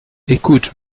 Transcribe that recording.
ecoute